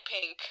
pink